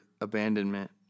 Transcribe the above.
abandonment